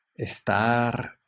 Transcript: Estar